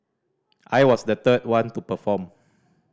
I was the third one to perform